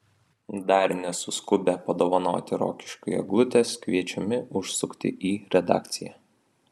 dar nesuskubę padovanoti rokiškiui eglutės kviečiami užsukti į redakciją